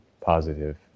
positive